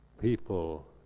people